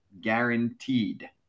guaranteed